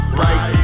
right